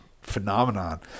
phenomenon